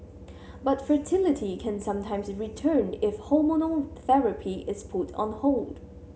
but fertility can sometimes return if hormonal therapy is put on hold